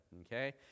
Okay